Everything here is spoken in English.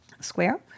square